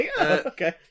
okay